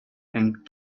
and